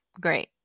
great